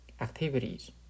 activities